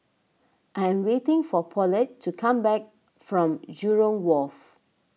I am waiting for Paulette to come back from Jurong Wharf